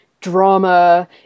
drama